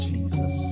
Jesus